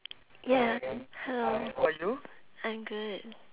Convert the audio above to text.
ya hello I'm good